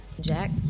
Jack